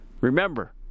Remember